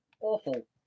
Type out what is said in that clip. awful